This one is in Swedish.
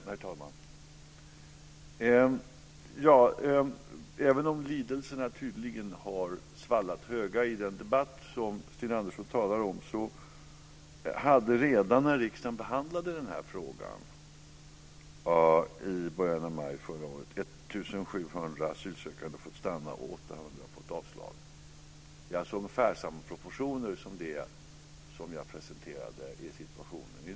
Herr talman! Även om lidelsen tydligen har varit stor i den debatt som Sten Andersson talar om hade 1 700 asylsökande fått stanna och 800 fått avslag redan när riksdagen behandlade denna fråga i början av maj förra året. Det är ungefär samma proportioner i dag, som jag presenterade.